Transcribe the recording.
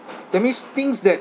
that means things that